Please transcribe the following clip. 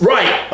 Right